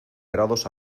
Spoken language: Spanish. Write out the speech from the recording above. grados